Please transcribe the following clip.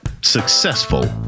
successful